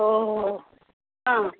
ଓହୋ ହଁ